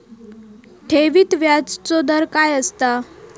ठेवीत व्याजचो दर काय असता?